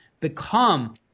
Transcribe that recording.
become